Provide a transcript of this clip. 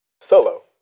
Solo